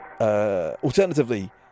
Alternatively